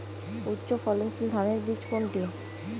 উচ্চ ফলনশীল ধানের বীজ কোনটি?